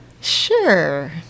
Sure